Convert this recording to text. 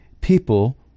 people